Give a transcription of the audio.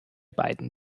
beiden